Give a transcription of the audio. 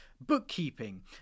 bookkeeping